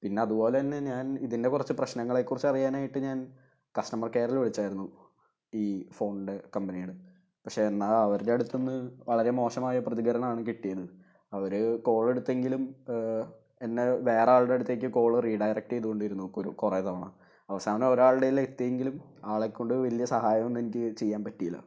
പിന്നെ അതു പോലെ തന്നെ ഞാൻ ഇതിൻ്റെ കുറച്ച് പ്രശ്നങ്ങളെ കുറിച്ച് അറിയാനായിട്ട് ഞാൻ കസ്റ്റമർകെയറിൽ വിളിച്ചായിരുന്നു ഈ ഫോണിൻ്റെ കമ്പനിയുടെ പക്ഷെ എന്നാൽ അവരുടെ അടുത്ത് നിന്ന് വളരെ മോശമായ പ്രതികരണമാണ് കിട്ടിയത് അവർ കോൾ എടുത്തെങ്കിലും എന്നെ വേറെ ആളുടെ അടുത്തേക്ക് കോൾ റീഡയറക്റ്റ് ചെയ്ത് കൊണ്ടിരുന്നു കുറേ തവണ അവസാനം ഒരാളുടേൽ എത്തിയെങ്കിലും ആളെ കൊണ്ട് വലിയ സഹായം ഒന്നും എനിക്ക് ചെയ്യാൻ പറ്റിയില്ല